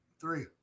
Three